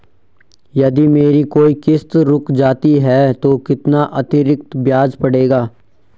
यदि मेरी कोई किश्त रुक जाती है तो कितना अतरिक्त ब्याज पड़ेगा?